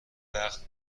وقت